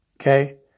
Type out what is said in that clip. Okay